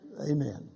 Amen